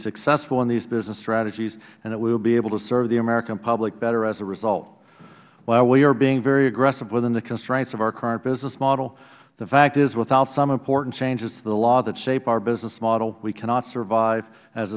successful in these business strategies and that we will be able to serve the american public better as a result while we are being very aggressive within the constraints of our current business model the fact is without some important changes to the law that shape our business model we cannot survive as